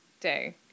day